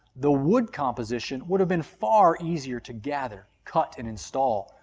the wood composition would have been far easier to gather, cut, and install,